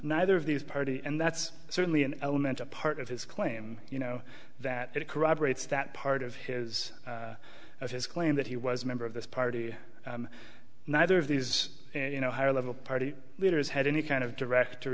neither of these party and that's certainly an element of part of his claim you know that it corroborates that part of his of his claim that he was a member of this party neither of these you know higher level party leaders had any kind of direct or